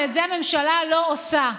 ואת זה הממשלה לא עושה.